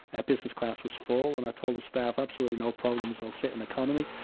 business class was full and i told the staff, absolutely no problems, i'll sit in economy,